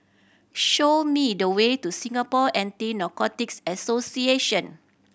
show me the way to Singapore Anti Narcotics Association